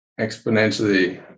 exponentially